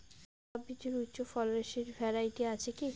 লাউ বীজের উচ্চ ফলনশীল ভ্যারাইটি আছে কী?